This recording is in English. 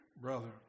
brother